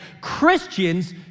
Christians